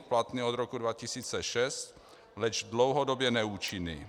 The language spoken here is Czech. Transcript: Platný od roku 2006, leč dlouhodobě neúčinný.